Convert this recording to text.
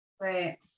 Right